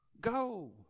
Go